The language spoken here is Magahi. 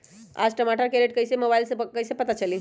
आज टमाटर के रेट कईसे हैं मोबाईल से कईसे पता चली?